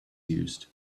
used